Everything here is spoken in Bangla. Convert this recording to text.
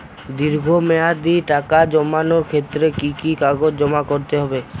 দীর্ঘ মেয়াদি টাকা জমানোর ক্ষেত্রে কি কি কাগজ জমা করতে হবে?